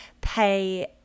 pay